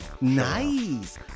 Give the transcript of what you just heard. Nice